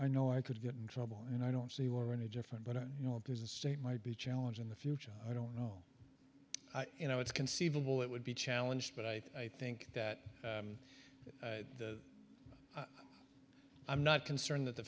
i know i could get in trouble and i don't see were any different but you know if there's a state might be challenged in the future i don't know you know it's conceivable it would be challenged but i think that i'm not concerned that the